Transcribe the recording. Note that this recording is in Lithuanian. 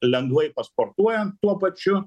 lengvai pasportuojant tuo pačiu